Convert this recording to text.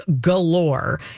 galore